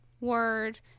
word